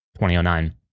2009